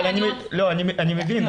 אני מבין,